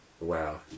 wow